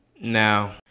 Now